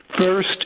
First